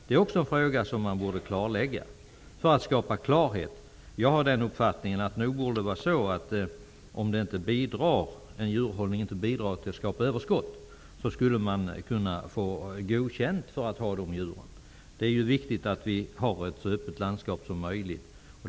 Det är också en fråga som borde klarläggas. Jag anser att om en djurhållning inte bidrar till att skapa överskott skall man få godkänt för den djurhållningen. Det är viktigt att ha ett så öppet landskap som möjligt.